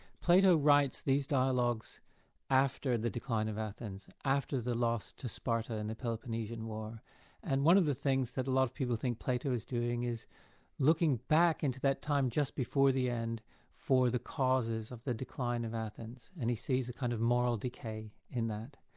plato writes these dialogues after the decline of athens, after the loss to sparta in the peloponnesian war and one of the things that a lot of the people think plato is doing is looking back into that time just before the end for the causes of the decline of athens and he sees a kind of moral decay in that.